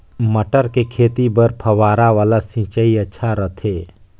मटर के खेती बर फव्वारा वाला सिंचाई अच्छा रथे?